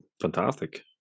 Fantastic